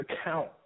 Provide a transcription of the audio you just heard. account